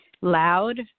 loud